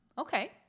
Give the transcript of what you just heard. Okay